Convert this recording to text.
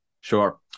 Sure